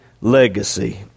legacy